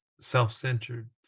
self-centered